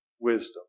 wisdom